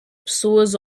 pessoas